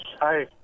Hi